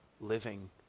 living